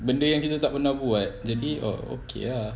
benda yang kita tak pernah buat jadi ah okay ah